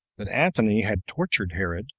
that antony had tortured herod,